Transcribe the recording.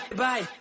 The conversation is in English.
bye